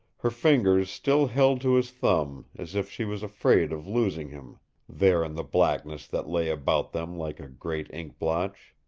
her fingers still held to his thumb, as if she was afraid of losing him there in the blackness that lay about them like a great ink-blotch.